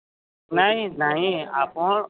ନାଇଁ ନାଇଁ ଆପଣ